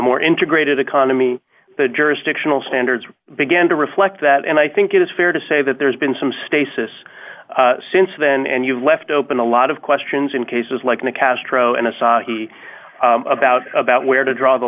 more integrated economy the jurisdictional standards began to reflect that and i think it is fair to say that there's been some states this since then and you've left open a lot of questions in cases like nicastro in asahi about about where to draw the